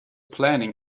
planning